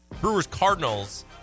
Brewers-Cardinals